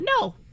no